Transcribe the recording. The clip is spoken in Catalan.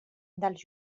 dels